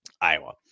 Iowa